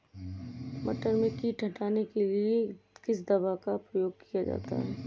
मटर में कीट हटाने के लिए किस दवा का प्रयोग करते हैं?